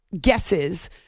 guesses